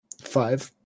Five